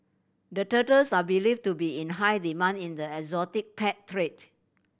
the turtles are believed to be in high demand in the exotic pet trade